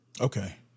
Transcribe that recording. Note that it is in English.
Okay